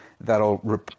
that'll